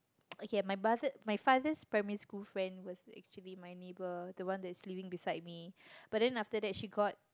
okay my brother my father's primary school friend was actually my neighbor the one that's living beside me but then after that she got